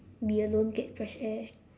be alone get fresh air